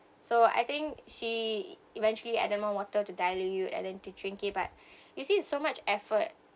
so I think she eventually added more water to dilute and then to drink it but you see it's so much effort